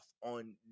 on